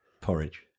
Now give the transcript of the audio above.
Porridge